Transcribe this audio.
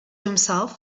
himself